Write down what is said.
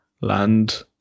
land